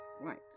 Right